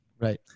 Right